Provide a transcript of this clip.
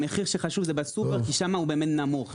המחיר שחשוב זה בסופר כי שם זה באמת נמוך.